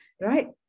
right